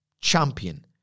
champion